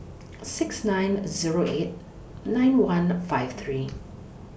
six nine Zero eight nine one five three